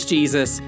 Jesus